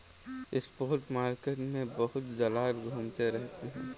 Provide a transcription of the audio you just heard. spot market में बहुत दलाल घूमते रहते हैं